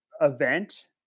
event